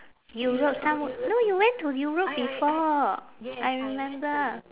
europe some~ no you went to europe before I remember